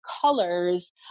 colors